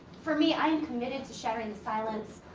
for me, i am committed to shattering the silence.